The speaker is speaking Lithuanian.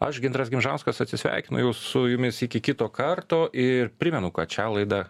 aš gintaras gimžauskas atsisveikinu su jumis iki kito karto ir primenu kad šią laidą